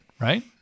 Right